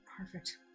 Perfect